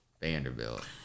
Vanderbilt